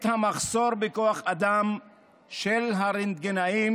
את המחסור בכוח אדם של רנטגנאים